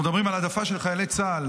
אנחנו מדברים על העדפה של חיילי צה"ל